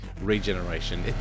regeneration